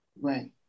Right